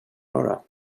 några